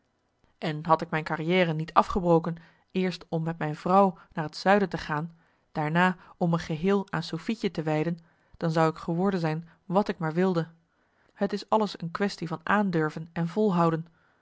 en had ik mijn carrière niet afgebroken eerst om met mijn vrouw naar het zuiden te gaan daarna om me geheel aan sofietje te wijden dan zou ik geworden zijn wat ik maar wilde t is alles een quaestie van aandurven en volhouden